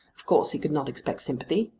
of course he could not expect sympathy.